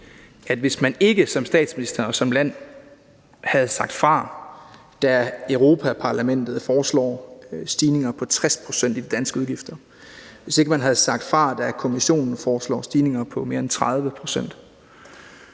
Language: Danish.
at hvis man ikke som statsminister eller som land havde sagt fra, da Europa-Parlamentet foreslog stigninger på 60 pct. i de danske udgifter, hvis ikke man havde sagt fra, da Kommissionen foreslog stigninger på mere end 30 pct.